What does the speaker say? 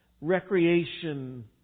recreation